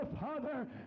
Father